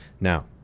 Now